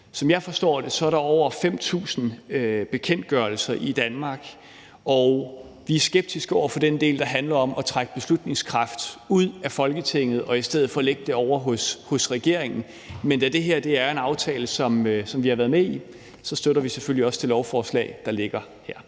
Som jeg forstår det, er der over 5.000 bekendtgørelser i Danmark, og vi er skeptiske over for den del, der handler om at trække beslutningskraft ud af Folketinget og i stedet for lægge det ovre hos regeringen, men da det her er en aftale, som vi har været med i, så støtter vi selvfølgelig også det lovforslag, der ligger her.